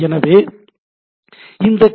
எனவே இந்த டி